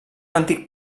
antic